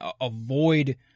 avoid